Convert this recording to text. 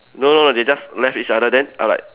no no they just left each other then I like